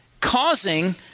causing